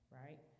right